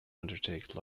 undertake